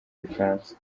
igifaransa